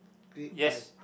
great pine